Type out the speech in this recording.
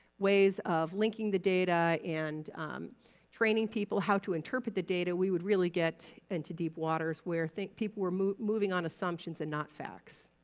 ways of linking the data and training people how to interpret the data, we would really get into deep waters where people were moving moving on assumptions and not facts.